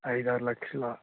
ఐదు ఆరు లక్షలా